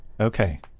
Okay